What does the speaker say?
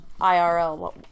IRL